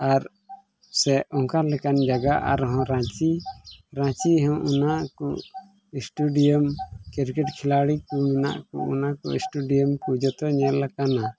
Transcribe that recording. ᱟᱨ ᱥᱮ ᱚᱱᱠᱟ ᱞᱮᱠᱟᱱ ᱡᱟᱭᱜᱟ ᱟᱨᱦᱚᱸ ᱨᱟᱸᱪᱤ ᱨᱟᱸᱪᱤ ᱦᱚᱸ ᱚᱱᱟ ᱠᱚ ᱠᱷᱤᱞᱟᱲᱤ ᱠᱚ ᱢᱮᱱᱟᱜ ᱠᱚ ᱚᱱᱟ ᱠᱚ ᱠᱚ ᱡᱚᱛᱚ ᱧᱮᱞ ᱟᱠᱟᱱᱟ